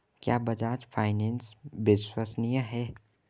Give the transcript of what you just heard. क्या बजाज फाइनेंस विश्वसनीय है?